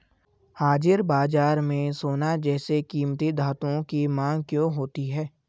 हाजिर बाजार में सोना जैसे कीमती धातुओं की मांग क्यों होती है